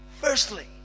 Firstly